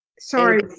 Sorry